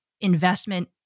investment